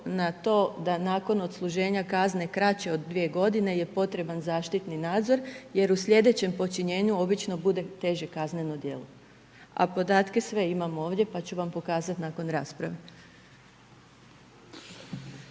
na to da nakon odsluženja kazne kraće od 2 godine je potreban zaštitni nadzor jer u sljedećem počinjenju obično bude teže kazneno djelo. A podatke sve imamo ovdje pa ću vam pokazati nakon rasprave.